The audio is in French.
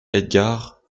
edgard